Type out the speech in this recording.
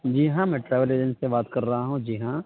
جی ہاں میں travel agent سے بات کر رہا ہوں جی ہاں